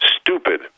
stupid